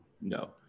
No